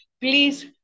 please